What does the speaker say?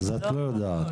אז את לא יודעת?